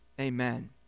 Amen